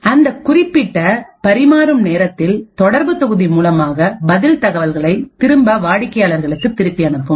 அந்த குறிப்பிட்ட பரிமாறும் நேரத்தில் தொடர்பு தொகுதி மூலமாக பதில் தகவல்களை திரும்ப வாடிக்கையாளர்களுக்கு திருப்பி அனுப்பும்